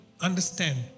understand